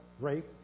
rape